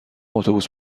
اتوبوس